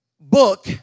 book